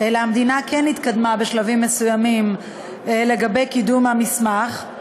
אלא המדינה כן התקדמה בשלבים מסוימים לגבי קידום המסמך,